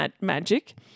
magic